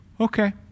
Okay